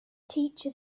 teacher